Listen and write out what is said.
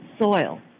soil